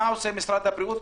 מה עושה משרד הבריאות,